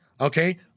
okay